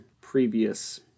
previous